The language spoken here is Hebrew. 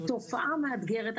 תופעה מאתגרת,